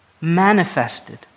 manifested